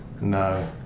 No